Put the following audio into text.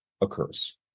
occurs